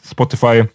Spotify